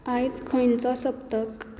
आयज खंयचो सप्तक